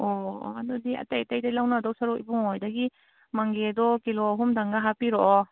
ꯑꯣ ꯑꯗꯨꯗꯤ ꯑꯇꯩ ꯑꯇꯩꯗꯩ ꯂꯧꯅꯗꯧ ꯁꯔꯨꯛ ꯏꯕꯨꯡꯉꯣ ꯍꯣꯏꯗꯒꯤ ꯃꯪꯒꯦꯗꯣ ꯀꯤꯂꯣ ꯑꯍꯨꯝꯗꯪꯒ ꯍꯥꯞꯄꯤꯔꯛꯑꯣ